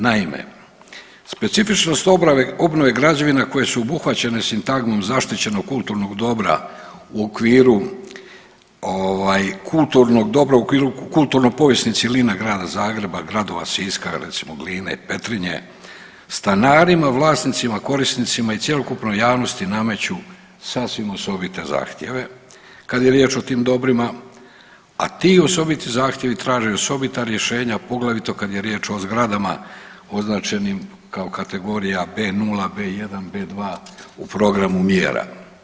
Naime, specifičnost obnove građevina koje su obuhvaćene sintagmom zaštićenog kulturnog dobra u okviru ovaj kulturnog dobra u okviru kulturno povijesnih cjelina Grada Zagreba, gradova Siska recimo Gline i Petrinje, stanarima, vlasnicima, korisnicima i cjelokupnoj javnosti nameću sasvim osobite zahtjeve kad je riječ o tim dobrima, a ti osobiti zahtjevi traže osobita rješenja poglavito kad je riječ o zgradama označenim kao kategorija B-0, B-1, B-2 u programu mjera.